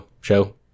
show